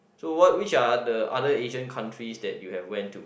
so what which are the other Asian countries that you have went to